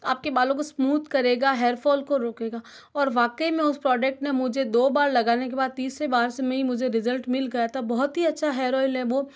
आपके बालों को स्मूद करेगा हेयर फॉल को रोकेगा और वाकई में उस प्रोडक्ट ने मुझे दो बार लगाने के बाद तीसरी बार से मैं मुझे रिजल्ट मिल गया था बहुत ही अच्छा हेयर ऑइल है वो